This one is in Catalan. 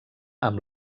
amb